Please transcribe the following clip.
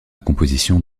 composition